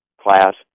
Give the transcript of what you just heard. class